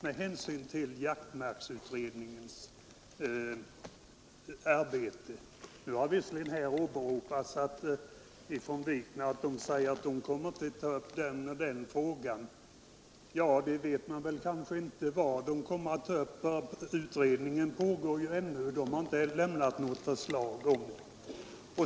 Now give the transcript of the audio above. Nu har visserligen herr Wikner åberopat att utredningen bara kommer att ta upp vissa speciella frågor. Ja, man vet väl inte vad utredningen kommer att ta upp. Den pågår ju ännu och har inte lämnat något förslag.